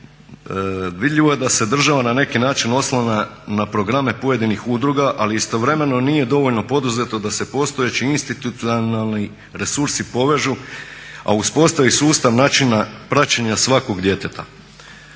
vidljivo je da se država na neki način oslanja na programe pojedinih udruga, ali istovremeno nije dovoljno poduzeto da se postojeći institucionalni resursi povežu, a uspostavi sustav načina praćenja svakog djeteta.